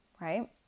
right